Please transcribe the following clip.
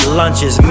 lunches